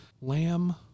lamb